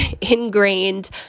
ingrained